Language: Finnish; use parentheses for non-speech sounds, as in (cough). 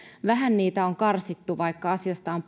vähän niitä on karsittu vaikka asiasta on (unintelligible)